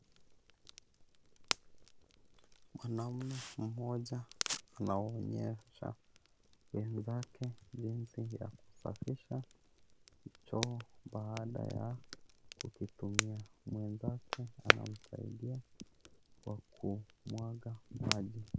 Mwanamme mmoja anaonyesha wenzake jinsi ya kusafisha choo, baada ya kukitumia. Mwenzake anamsaidia kwakumwaga maji.